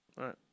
Right